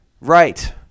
Right